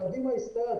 קדימה הסתער,